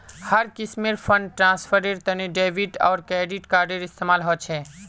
हर किस्मेर फंड ट्रांस्फरेर तने डेबिट आर क्रेडिट कार्डेर इस्तेमाल ह छे